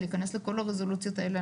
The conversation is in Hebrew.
להיכנס לכל הרזולוציות האלה,